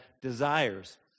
Desires